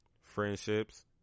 Friendships